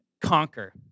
conquer